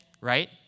right